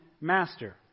master